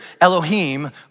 Elohim